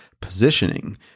positioning